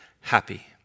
happy